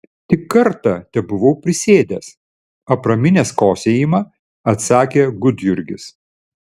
tik kartą tebuvau prisėdęs apraminęs kosėjimą atsakė gudjurgis